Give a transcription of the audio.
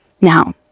Now